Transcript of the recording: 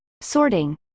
sorting